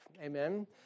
Amen